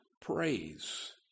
Praise